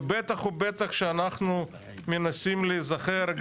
ובטח שאנחנו מנסים להיזכר,